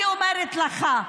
אני אומרת לך,